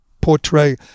portray